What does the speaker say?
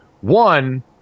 One